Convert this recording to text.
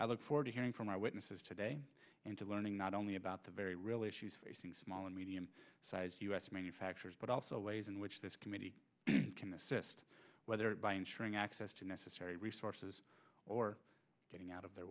i look forward to hearing from our witnesses today and to learning not only about the very real issues facing small and medium sized u s manufacturers but also ways in which this committee can assist whether by ensuring access to necessary resources or getting out of their